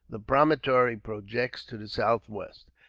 the promontory projects to the southwest,